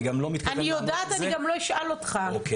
אני גם לא מתכוון לענות על זה.